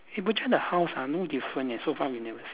eh butcher the house ah no different eh so far we never see